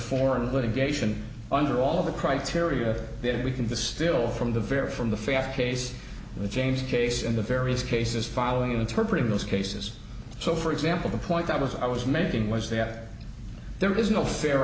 of litigation under all of the criteria that we can the still from the very from the fast pace the james case in the various cases following interpreted most cases so for example the point that was i was making was that there is no fair